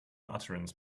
utterance